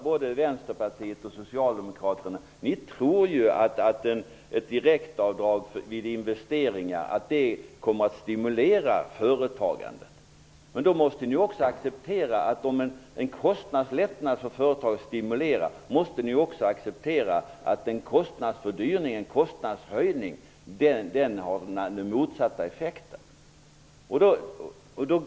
Både Vänsterpartiet och Socialdemokraterna tror att ett direktavdrag vid investeringarna kommer att stimulera företagandet. Men om ni accepterar att en kostnadslättnad för företagarna stimulerar investeringarna, måste ni väl också acceptera att en kostnadshöjning har den motsatta effekten.